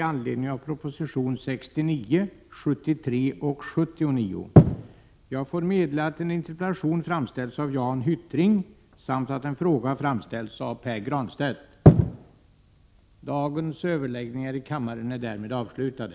Man har varit uppriktigt oroad för att det aktuella beslutet skulle innebära en försämring av finska språkets ställning i Sverige.